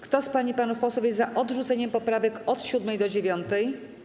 Kto z pań i panów posłów jest za odrzuceniem poprawek od 7. do 9.